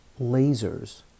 lasers